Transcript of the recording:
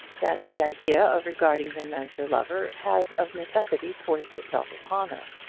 that the idea of regarding him as her lover had of necessity forced itself upon her.